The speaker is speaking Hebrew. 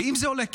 ואם זה עולה כסף,